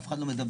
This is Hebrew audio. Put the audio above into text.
אף אחד לא מדבר.